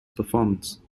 performance